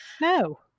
No